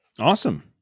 Awesome